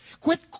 Quit